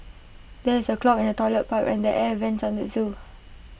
there is A clog in the Toilet Pipe and the air Vents on the Zoo